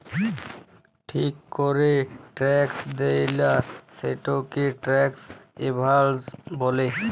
ঠিক ক্যরে ট্যাক্স দেয়লা, সেটকে ট্যাক্স এভাসল ব্যলে